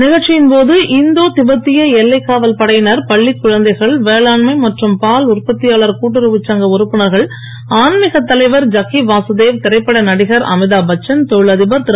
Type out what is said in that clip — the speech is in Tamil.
நிகழ்ச்சியின் போது இந்தோ திபேத்திய எல்லைக் காவல் படையினர் பள்ளிக் குழந்தைகள் வேளாண்மை மற்றும் பால் உற்பத்தியாளர் கூட்டுறவுச் சங்க உறுப்பினர்கள் ஆன்மீகத் தலைவர் ஜக்கி வாசுதேவ் திரைப்பட நடிகர் அமிதாப் பச்சன் தொழில் அதிபர் திரு